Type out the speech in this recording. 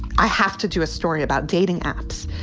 i have to do a story about dating apps.